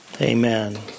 Amen